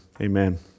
Amen